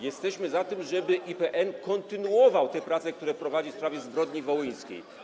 Jesteśmy za tym, żeby IPN kontynuował te prace, które prowadzi w sprawie zbrodni wołyńskiej.